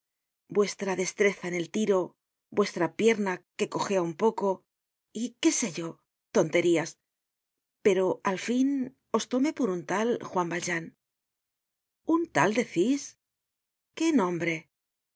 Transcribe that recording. vuestra destreza en el tiro vuestra pierna que cojea un poco y qué se yo tonterías pero al fin os tomé por un tal juan valjean un tal decís qué nombre